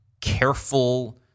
careful